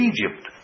Egypt